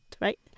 right